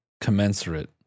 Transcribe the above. commensurate